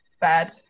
bad